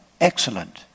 excellent